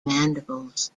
mandibles